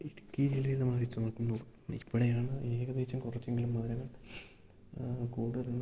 ഇടുക്കി ജില്ലയിൽ നമ്മളെ വെച്ചു നോക്കുമ്പോൾ ഇപ്പോഴാണ് ഏകദേശം കുറച്ചെങ്കിലും മരം കൂടുതലുണ്ടെന്ന്